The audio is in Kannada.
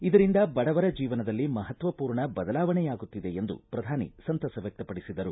ಇದರಿಂದ ಬಡವರ ಜೀವನದಲ್ಲಿ ಮಹತ್ವಪೂರ್ಣ ಬದಲಾವಣೆಯಾಗುತ್ತಿದೆ ಎಂದು ಪ್ರಧಾನಿ ಸಂತಸ ವ್ಯಕ್ತಪಡಿಸಿದರು